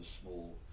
small